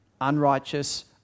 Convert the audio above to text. unrighteous